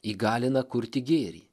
įgalina kurti gėrį